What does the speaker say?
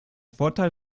vorteil